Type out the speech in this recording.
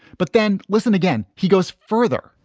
but then listen again, he goes further.